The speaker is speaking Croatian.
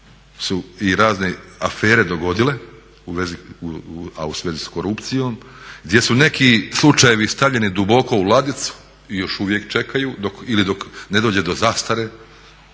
i razne afere dogodile, a u svezi s korupcijom, gdje su neki slučajevi stavljeni duboko u ladicu i još uvijek čekaju ili dok ne dođe do zastare